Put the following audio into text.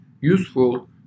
useful